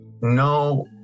No